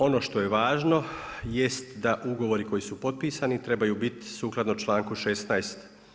Ono što je važno jest da ugovori koji su potpisani trebaju bit sukladno članku 16.